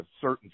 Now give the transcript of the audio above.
certain